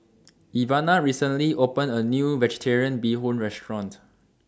Ivana recently opened A New Vegetarian Bee Hoon Restaurant